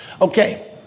okay